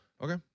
Okay